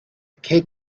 cake